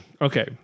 okay